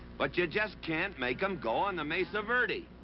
but you just can't make em go on the mesa verde.